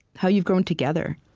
how you've grown together